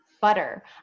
butter